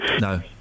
No